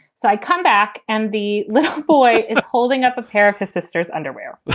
so i come back and the little boy is holding up a pair of his sister's underwear.